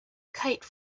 kite